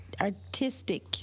Artistic